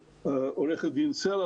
עורכת דין סלע,